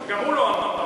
גם הוא לא אמר.